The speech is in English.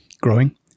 growing